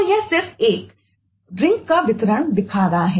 तो यह सिर्फ एक पेय का वितरण दिखा रहा है